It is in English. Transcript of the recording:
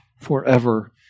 forever